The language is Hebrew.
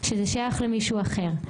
שזה שייך למישהו אחר.